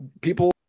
people